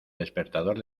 despertador